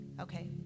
okay